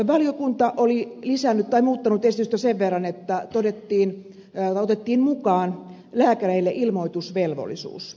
valiokunta oli muuttanut esitystä sen verran että otettiin mukaan lääkäreille ilmoitusvelvollisuus